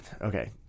okay